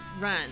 run